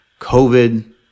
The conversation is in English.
COVID